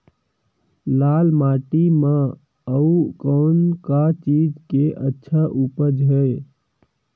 लाल माटी म अउ कौन का चीज के अच्छा उपज है?